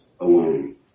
alone